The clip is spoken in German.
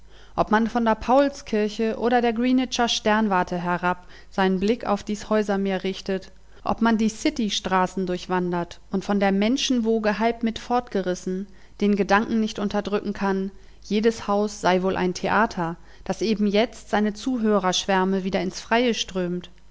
ob man von der paulskirche oder der greenwicher sternwarte herab seinen blick auf dies häusermeer richtet ob man die citystraßen durchwandert und von der menschenwoge halb mit fortgerissen den gedanken nicht unterdrücken kann jedes haus sei wohl ein theater das eben jetzt seine zuhörerschwärme wieder ins freie strömt